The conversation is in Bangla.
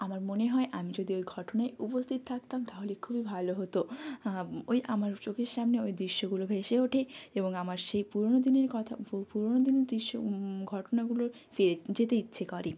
আমার মনে হয় আমি যদি ওই ঘটনায় উপস্থিত থাকতাম তাহলে খুবই ভালো হতো ওই আমার চোখের সামনে ওই দৃশ্যগুলো ভেসে ওঠে এবং আমার সেই পুরোনো দিনের কথা পুরোনো দিনের দৃশ্য ঘটনাগুলোর পেয়ে যেতে ইচ্ছে করে